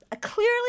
clearly